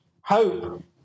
hope